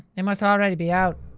they must already be out.